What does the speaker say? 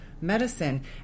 medicine